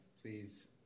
Please